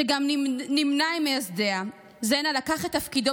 שגם נמנה עם מייסדיה: זנה לקח את תפקידו